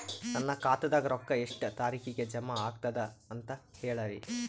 ನನ್ನ ಖಾತಾದಾಗ ರೊಕ್ಕ ಎಷ್ಟ ತಾರೀಖಿಗೆ ಜಮಾ ಆಗತದ ದ ಅಂತ ಹೇಳರಿ?